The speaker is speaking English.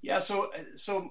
yes so